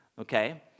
okay